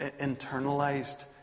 internalized